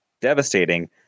devastating